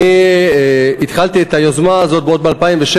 אני התחלתי את היוזמה הזאת עוד ב-2007,